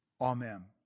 Amen